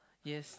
yes